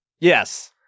Yes